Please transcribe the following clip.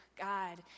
God